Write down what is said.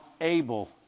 able